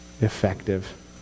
effective